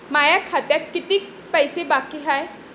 माया खात्यात कितीक पैसे बाकी हाय?